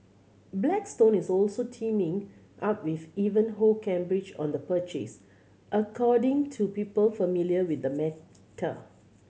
blackstone is also teaming up with Ivanhoe Cambridge on the purchase according to people familiar with the matter